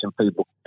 people